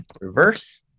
reverse